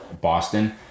Boston